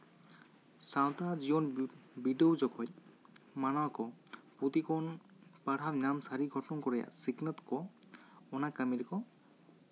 ᱥᱟᱶᱛᱟ ᱡᱤᱭᱚᱱ ᱵᱤᱰᱟᱹᱣ ᱡᱚᱠᱷᱚᱡ ᱢᱟᱱᱣᱟ ᱠᱚ ᱯᱩᱸᱛᱷᱤ ᱠᱷᱚᱱ ᱯᱟᱲᱦᱟᱣ ᱧᱟᱢ ᱥᱟᱹᱨᱤ ᱜᱷᱚᱴᱚᱱ ᱠᱚ ᱨᱮᱭᱟᱜ ᱥᱤᱠᱷᱱᱟᱹᱛ ᱠᱚ ᱚᱱᱟ ᱠᱟᱹᱢᱤ ᱨᱮᱠᱚ